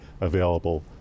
available